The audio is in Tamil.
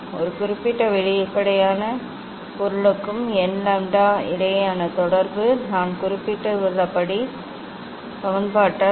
ஒரு குறிப்பிட்ட வெளிப்படையான பொருளுக்கு n லாம்ப்டா இடையேயான தொடர்பு நான் குறிப்பிட்டுள்ளபடி க uch ச்சியின் சமன்பாட்டால் வழங்கப்படுகிறது